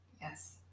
yes